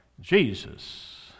Jesus